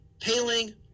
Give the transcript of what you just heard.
paling